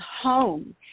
home